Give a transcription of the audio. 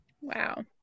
Wow